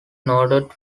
noted